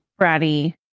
bratty